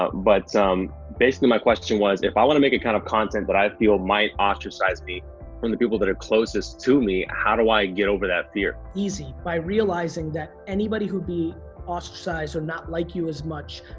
but but basically my question was, if i wanna make a kind of content but that i feel might ostracize me from the people that are closest to me, how do i get over that fear? easy. by realizing that anybody who'd be ostracized, or not like you as much,